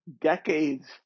decades